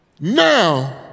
Now